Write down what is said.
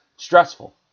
stressful